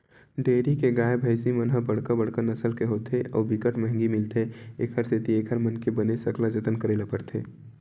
dairy के गाय, भइसी मन ह बड़का बड़का नसल के होथे अउ बिकट महंगी मिलथे, एखर सेती एकर मन के बने सकला जतन करे ल परथे